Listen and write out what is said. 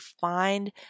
find